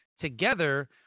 Together